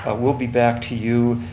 we'll be back to you,